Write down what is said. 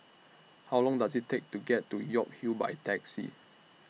How Long Does IT Take to get to York Hill By Taxi